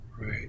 right